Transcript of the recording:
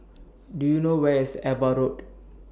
Do YOU know Where IS AVA Road